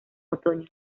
otoño